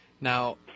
Now